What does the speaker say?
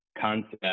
concept